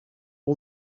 all